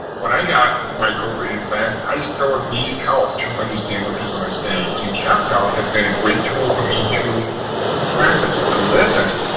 when i got my cochlear implant, i still needed help to understand what people were and saying. and captel has been a great tool for me to practice to listen,